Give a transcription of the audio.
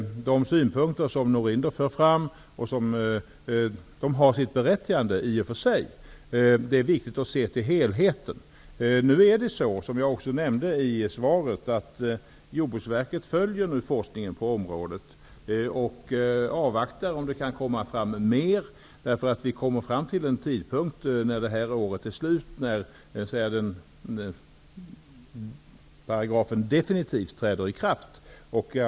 De synpunkter som Patrik Norinder för fram är i och för sig berättigade. Det är ju viktigt att se till helheten. Som jag nämnt i svaret följer Jordbruksverket forskningen på området och avvaktar eventuella tillkommande uppgifter. T.o.m. utgången av det här året får ju kodressörer användas.